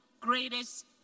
greatest